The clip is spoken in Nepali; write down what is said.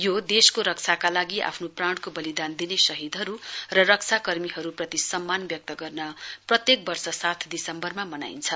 यो देशको रक्षाका लागि आफ्नो प्राणको बलिदान दिने शहीदहरू र रक्षाकर्मीहरूप्रति सम्मान व्यक्त गर्न प्रत्येक वर्ष सात दिसम्बरमा मनाइन्छ